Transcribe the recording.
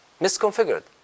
misconfigured